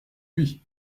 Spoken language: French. lui